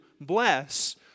bless